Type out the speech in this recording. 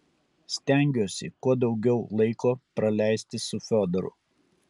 stengiuosi kuo daugiau laiko praleisti su fiodoru